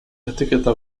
etiketa